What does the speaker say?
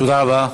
תודה רבה.